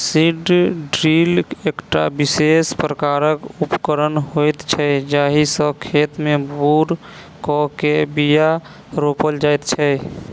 seed drill एकटा विशेष प्रकारक उपकरण होइत छै जाहि सॅ खेत मे भूर क के बीया रोपल जाइत छै